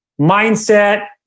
mindset